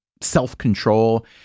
self-control